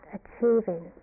achieving